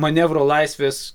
manevro laisvės